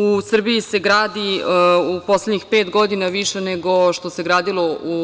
U Srbiji se gradi u poslednjih pet godina više nego što se gradilo u